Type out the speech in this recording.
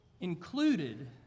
included